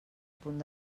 punt